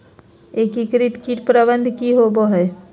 एकीकृत कीट प्रबंधन की होवय हैय?